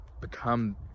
become